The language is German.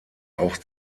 auch